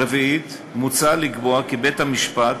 רביעית, מוצע לקבוע כי בית-המשפט